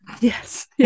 Yes